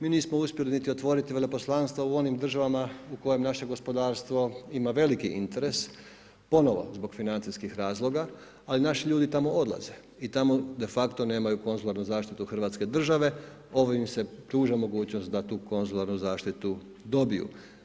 Mi nismo uspjeli niti otvoriti veleposlanstva u onim državama u kojim naše gospodarstvo ima veliki interes, ponovno zbog financijskih razloga, ali naši ljudi tamo odlaze i tamo de facto nemaju konzularnu zaštitu Hrvatske države, ovim se pruža mogućnost da tu konzularnu zaštitu dobiju.